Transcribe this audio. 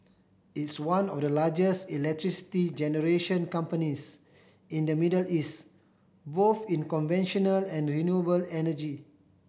it's one of the largest electricity generation companies in the Middle East both in conventional and renewable energy